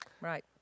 right